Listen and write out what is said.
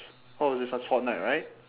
oh is it cause fortnite right